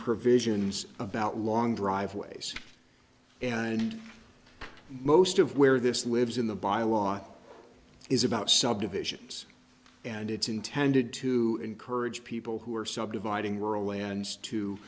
provisions about long driveways and most of where this lives in the bylaw is about subdivisions and it's intended to encourage people who are subdividing rural lands to